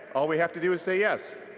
all we have to do is say yes.